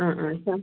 ആ ആ സാർ